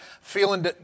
feeling